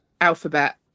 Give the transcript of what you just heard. alphabet